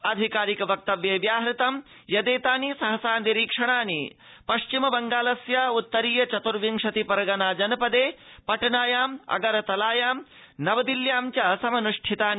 आधिकारिक वक्तव्ये व्याहत यदेतानि सहसा निरीक्षणानि पश्चिम बंगालस्य उत्तरीय चतुर्विंशति परगना जनपदे पटनायाम् अगरतलायां नवदिल्ल्यां च समनुष्ठितानि